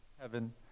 heaven